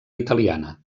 italiana